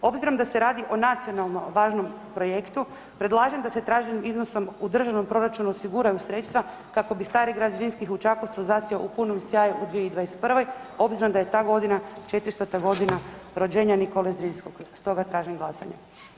Obzirom da se radi o nacionalnom važnom projektu, predlažem da se traženi iznosom u državnom proračunu osiguraju sredstva kako bi stari grad Zrinskih u Čakovcu zasjao u punom sjaju u 2021. obzirom da je ta godina 400-ta godina rođenja Nikole Zrinkog, stoga tražim glasanje.